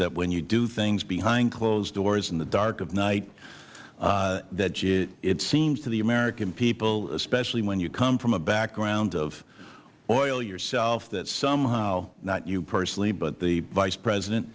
that when you do things behind closed doors in the dark of night that it seems to the american people especially when you come from a background of oil yourself that somehow not you personally but the vice president